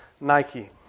Nike